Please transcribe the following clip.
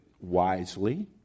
wisely